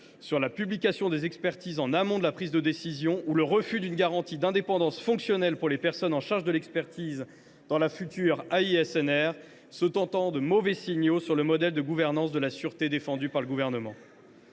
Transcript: sur la publication des expertises en amont de la prise de décision ou le refus d’une garantie d’indépendance fonctionnelle pour les personnes chargées de l’expertise dans la future ASNR sont autant de mauvais signaux sur le modèle de gouvernance de la sûreté défendu par le Gouvernement.